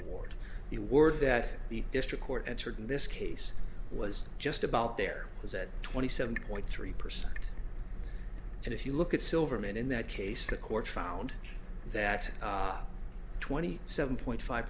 the word that the district court entered in this case was just about there was a twenty seven point three percent and if you look at silverman in that case the court found that twenty seven point five